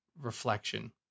reflection